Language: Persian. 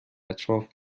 اطراف